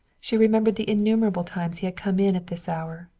she remembered the innumerable times he had come in at this hour,